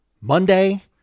Monday